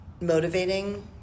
motivating